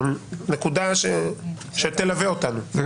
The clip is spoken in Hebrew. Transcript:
זו נקודה שתלווה אותנו.